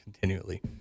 continually